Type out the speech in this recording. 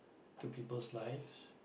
to people's life